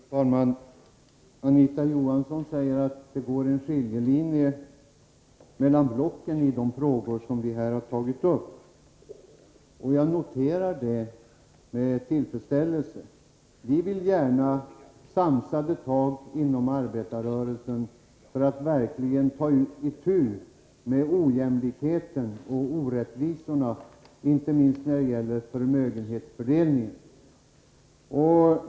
Fru talman! Anita Johansson säger att det går en skiljelinje mellan blocken ide frågor som vi här har tagit upp, och jag noterar det med tillfredsställelse. Vi vill gärna ha samlade tag inom arbetarrörelsen för att verkligen ta itu med ojämlikheten och orättvisorna, inte minst när det gäller förmögenhetsfördelningen.